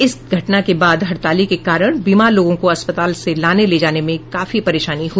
इस घटना के बाद हड़ताली के कारण बीमार लोगों को अस्पतालों से लाने ले जाने में काफी परेशानी हो रही है